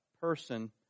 person